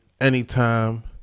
anytime